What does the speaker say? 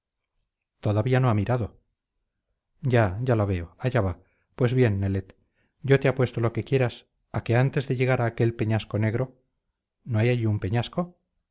todavía no ha mirado ya ya la veo allá va pues bien nelet yo te apuesto lo que quieras a que antes de llegar a aquel peñasco negro no hay allí un peñasco